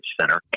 Center